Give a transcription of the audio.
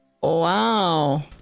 wow